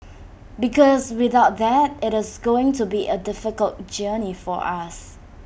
because without that IT is going to be A difficult journey for us